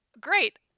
great